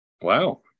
Wow